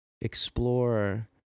explore